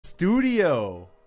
studio